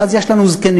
ואז יש לנו זקנים.